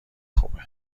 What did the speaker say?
خوبه